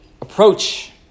approach